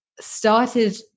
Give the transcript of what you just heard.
started